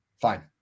fine